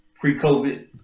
pre-COVID